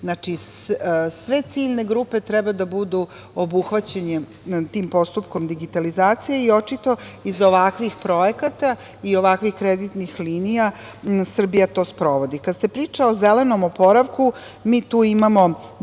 Znači, sve ciljne grupe treba da budu obuhvaćene tim postupkom digitalizacije i očito iz ovakvih projekata i ovakvih kreditnih linija Srbija to sprovodi. Kada se priča o zelenom oporavku, mi tu imamo